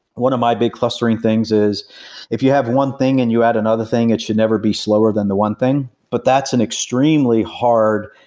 one of my big clustering things is if you have one thing and you add another thing, it should never be slower than the one thing, but that's an extremely hard,